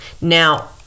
Now